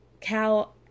Cal